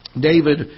David